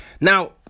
Now